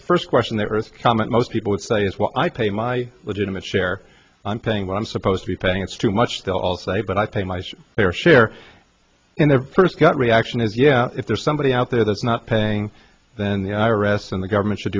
the first question the earth comment most people would say is well i pay my legitimate share i'm paying what i'm supposed to be paying it's too much they all say but i think their share in their first gut reaction is yeah if there's somebody out there that's not paying then the i r s and the government should